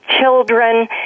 children